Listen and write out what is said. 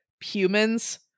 humans